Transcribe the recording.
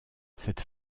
cette